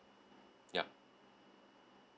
yup